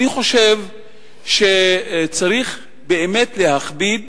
אני חושב שצריך באמת להכביד